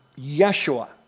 Yeshua